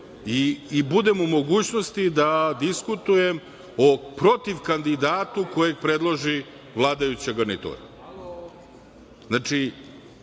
i budem u mogućnosti da diskutujem o protiv kandidatu kojeg predloži vladajuća garnitura.